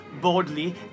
boldly